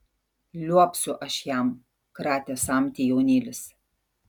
liuobsiu aš jam kratė samtį jaunylis